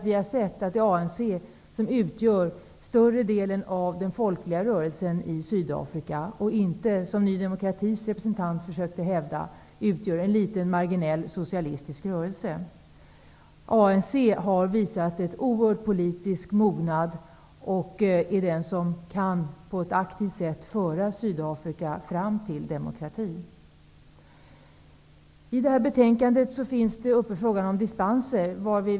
Vi har sett att ANC utgör större delen av den folkliga rörelsen i Sydafrika. ANC är inte, som Ny demokratis representant försökte hävda, en liten marginell socialistisk rörelse. ANC har visat en oerhörd politisk mognad och kan på ett aktivt sätt föra Sydafrika fram till demokrati. I det här betänkandet tas frågan om dispenser upp.